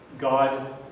God